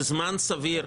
זה זמן סביר.